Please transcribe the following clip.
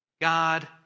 God